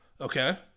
okay